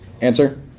Answer